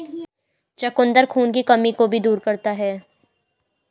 चुकंदर खून की कमी को भी दूर करता है